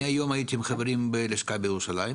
אני היום הייתי עם חברים בלשכה בירושלים.